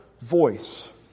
voice